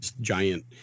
giant